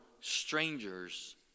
strangers